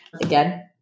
again